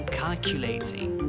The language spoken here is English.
calculating